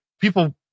people